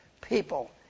people